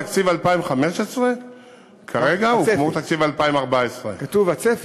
תקציב 2015 כרגע הוא כמו תקציב 2014. כתוב "הצפי".